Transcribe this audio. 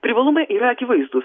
privalumai yra akivaizdūs